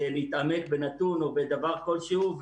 להתעמק בנתון או בדבר כלשהו,